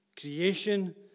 creation